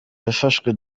yafashwe